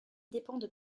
dépendent